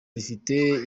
rifite